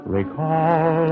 Recall